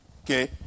Okay